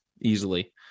easily